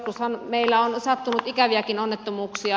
joskushan meillä on sattunut ikäviäkin onnettomuuksia